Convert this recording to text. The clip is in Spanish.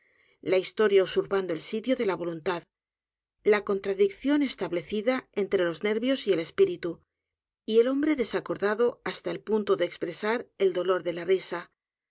la historia usurpando el sitio de la voluntad la contradicción establecida entre los nervios y el espíritu y el hombre desacordado hasta el punto de expresar el dolor por la risa